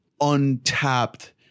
untapped